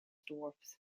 dwarfs